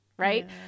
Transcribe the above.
right